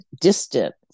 distant